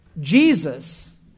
Jesus